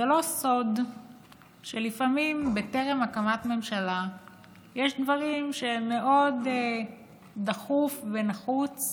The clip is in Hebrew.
זה לא סוד שלפעמים בטרם הקמת ממשלה יש דברים שמאוד דחוף ונחוץ